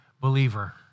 believer